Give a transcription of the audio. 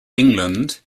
england